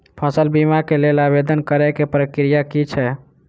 फसल बीमा केँ लेल आवेदन करै केँ प्रक्रिया की छै?